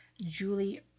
Julie